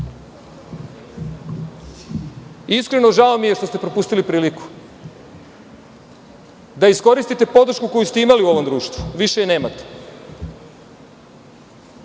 žao mi je što ste propustili priliku da iskoristite podršku koju ste imali u ovom društvu više je nemate.